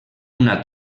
una